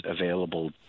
available